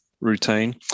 routine